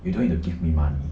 you don't need to give me money